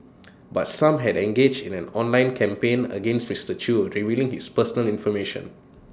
but some have engaged in an online campaign against Mister chew revealing his personal information